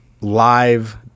live